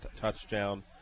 touchdown